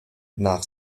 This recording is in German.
nach